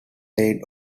laid